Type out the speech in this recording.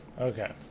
Okay